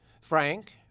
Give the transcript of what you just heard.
Frank